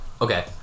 Okay